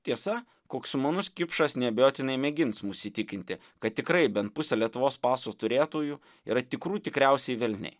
tiesa koks sumanus kipšas neabejotinai mėgins mus įtikinti kad tikrai bent pusė lietuvos paso turėtojų yra tikrų tikriausi velniai